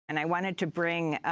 and i wanted to bring